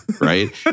right